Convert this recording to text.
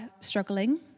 struggling